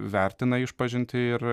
vertina išpažintį ir